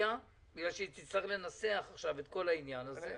רביזיה בגלל שהיא תצטרך לנסח את כל הדבר הזה.